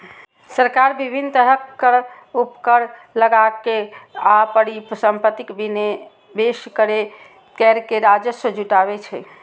सरकार विभिन्न तरहक कर, उपकर लगाके आ परिसंपत्तिक विनिवेश कैर के राजस्व जुटाबै छै